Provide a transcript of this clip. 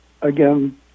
again